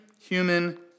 human